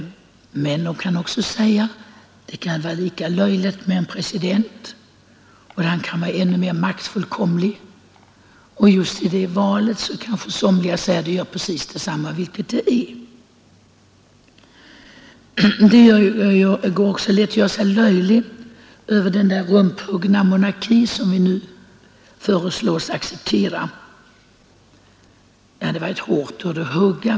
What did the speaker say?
Men det kan också sägas att det kan vara lika löjligt med en president och att han kan vara ännu mer maktfullkomlig. I det valet kanske somliga säger att det gör precis detsamma vilket det är. Det går också lätt att göra sig löjlig över den rumphuggna monarki som vi nu föreslås acceptera. Hugga är ett hårt ord.